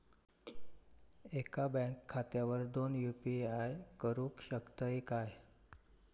एका बँक खात्यावर दोन यू.पी.आय करुक शकतय काय?